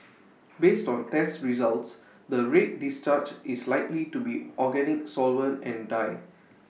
based on test results the red discharge is likely to be organic solvent and dye